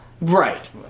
Right